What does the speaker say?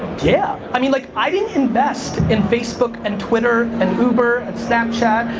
yeah! i mean like i didn't invest in facebook and twitter, and uber and snapchat,